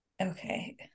Okay